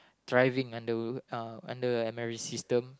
thriving under uh under Emery system